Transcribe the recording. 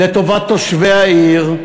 לטובת תושבי העיר,